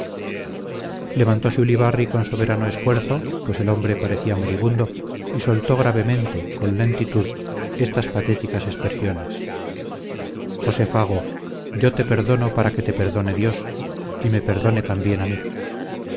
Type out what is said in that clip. levantose ulibarri con soberano esfuerzo pues el hombre parecía moribundo y soltó gravemente con lentitud estas patéticas expresiones josé fago yo te perdono para que te perdone dios y me perdone también a mí